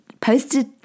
posted